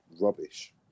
rubbish